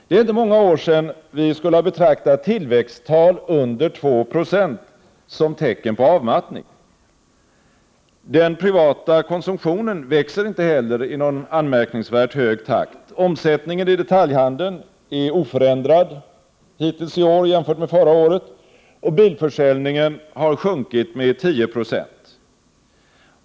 Det är inte många år sedan vi skulle ha betraktat tillväxttal under 2 Jo som tecken på avmattning. Den privata konsumtionen växer inte heller i någon anmärkningsvärt hög takt. Omsättningen i detaljhandeln är hittills i år oförändrad jämfört med förra året, och bilförsäljningen har sjunkit med 10 96.